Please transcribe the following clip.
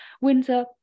winter